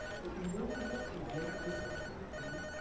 but you know what is most interesting to me?